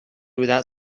without